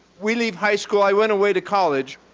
we leave high school, i went away to college